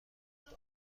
دارم